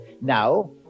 Now